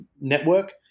network